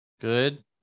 good